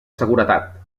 seguretat